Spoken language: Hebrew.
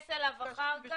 להתייחס אליו אחר כך,